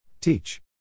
Teach